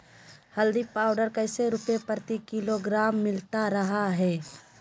हल्दी पाउडर कैसे रुपए प्रति किलोग्राम मिलता रहा है?